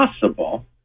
possible